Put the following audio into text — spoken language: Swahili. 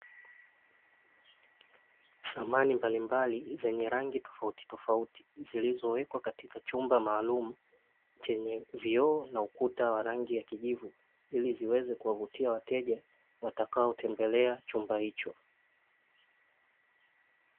Samani mbalimbali zenye rangi tofautitofauti zilizowekwa katika chumba maalumu chenye vioo na ukuta wa rangi ya kijivu, ili ziweze kuwavutia wateja watakaotembelea chumba hicho.